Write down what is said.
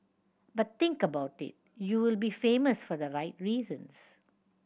but think about it you will be famous for the right reasons